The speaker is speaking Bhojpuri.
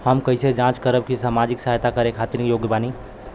हम कइसे जांच करब की सामाजिक सहायता करे खातिर योग्य बानी?